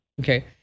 Okay